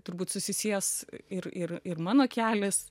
turbūt susisies ir ir ir mano kelias